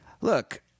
look –